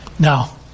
Now